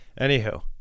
Anywho